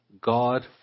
God